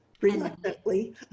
Reluctantly